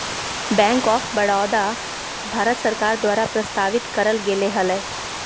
bank of Baroda, Bharat सरकार द्वारा प्रस्तावित करल गेले हलय